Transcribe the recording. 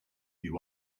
you